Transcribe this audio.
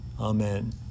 Amen